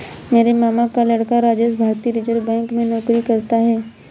मेरे मामा का लड़का राजेश भारतीय रिजर्व बैंक में नौकरी करता है